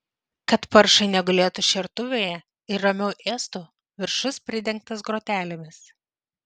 kad paršai negulėtų šertuvėje ir ramiau ėstų viršus pridengtas grotelėmis